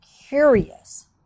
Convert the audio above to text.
curious